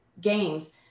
games